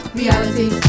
reality